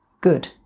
good